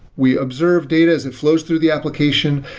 we observe data as it flows through the application,